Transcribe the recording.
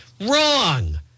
Wrong